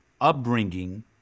upbringing